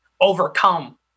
overcome